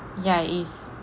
ya it is